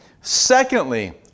Secondly